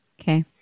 Okay